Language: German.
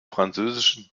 französischen